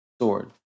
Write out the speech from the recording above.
Sword